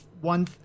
one